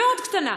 מאוד קטנה,